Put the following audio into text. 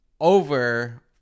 over